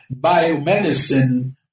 biomedicine